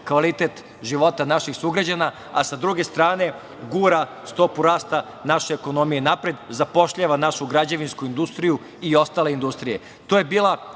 kvalitet života naših sugrađana, a sa druge strane gura stopu rasta naše ekonomije napred, zapošljava našu građevinsku industriju i ostale industrije. To